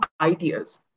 ideas